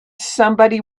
somebody